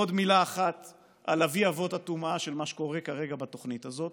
עוד מילה אחת על אבי אבות הטומאה של מה שקורה כרגע בתוכנית הזאת,